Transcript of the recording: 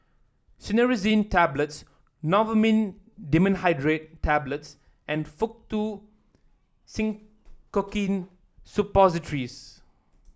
Cinnarizine Tablets Novomin Dimenhydrinate Tablets and Faktu Cinchocaine Suppositories